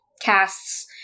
casts